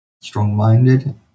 strong-minded